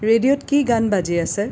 ৰেডিঅ'ত কি গান বাজি আছে